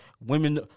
Women